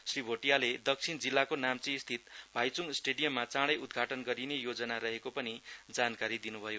श्री भोटीयाले दक्षिण जिल्लाको नाम्ची स्थित भाइचुङ स्टेडियम चाडै उद्घाटन गरिने येजना रहेको पनि जानकारी दिनुभयो